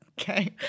Okay